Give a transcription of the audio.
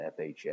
FHA